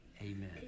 Amen